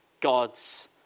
God's